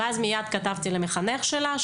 ואז מייד כתבתי למחנך שלה,